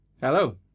Hello